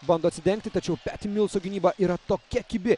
bando atsidengti tačiau peti milso gynyba yra tokia kibi